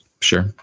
Sure